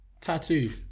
Tattoo